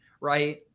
right